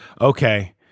okay